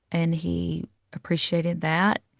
and he appreciated that.